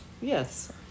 yes